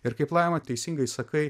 ir kaip laima teisingai sakai